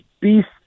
beast